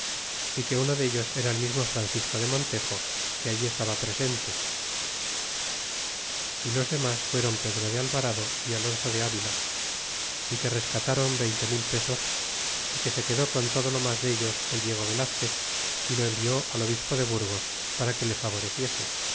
y que uno dellos era el mismo francisco de montejo que allí estaba presente y los demas fuéron pedro de alvarado y alonso de avila é que rescatron veinte mil pesos é que se quedó con todo lo mas dellos el diego velazquez y lo envió al obispo de burgos para que le favoreciese